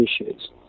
issues